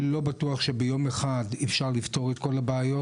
לא בטוח שביום אחד אפשר לפתור את כל הבעיות,